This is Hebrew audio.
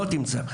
לא תמצא.